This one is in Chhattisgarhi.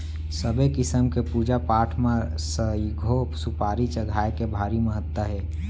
सबे किसम के पूजा पाठ म सइघो सुपारी चघाए के भारी महत्ता हे